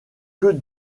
que